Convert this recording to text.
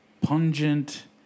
pungent